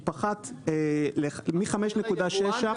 הוא פחת מ-5.6 --- רק אצל היבואן ירד,